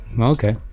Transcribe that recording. okay